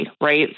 right